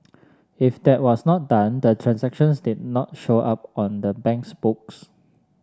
if that was not done the transactions did not show up on the bank's books